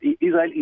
Israel